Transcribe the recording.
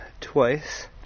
twice